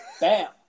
Bam